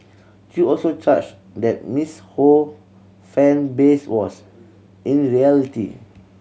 Chew also charged that Miss Ho fan base was in reality